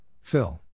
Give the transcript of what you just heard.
Phil